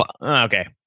Okay